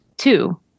Two